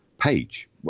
page